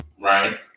right